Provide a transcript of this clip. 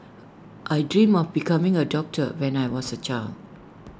I dreamt of becoming A doctor when I was A child